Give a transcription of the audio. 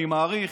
אני מעריך,